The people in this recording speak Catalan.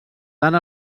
tant